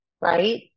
right